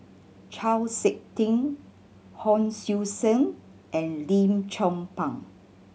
Chau Sik Ting Hon Sui Sen and Lim Chong Pang